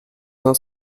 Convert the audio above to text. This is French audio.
uns